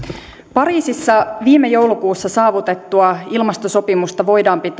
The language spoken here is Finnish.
pariisissa viime joulukuussa saavutettua ilmastosopimusta voidaan pitää